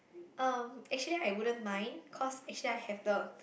um actually I wouldn't mind cause actually I have the